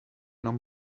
non